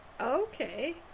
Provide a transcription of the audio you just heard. okay